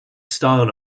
style